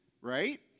right